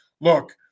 look